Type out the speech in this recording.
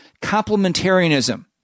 complementarianism